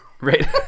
Right